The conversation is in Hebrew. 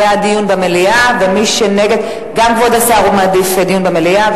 גם כבוד השר מעדיף דיון במליאה.